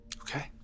Okay